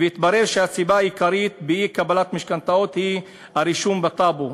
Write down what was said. והתברר שהסיבה העיקרית לאי-קבלת משכנתאות היא הרישום בטאבו.